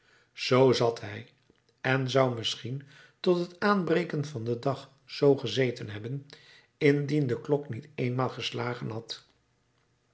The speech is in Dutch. zoo zat hij en zou misschien tot het aanbreken van den dag zoo gezeten hebben indien de klok niet éénmaal geslagen had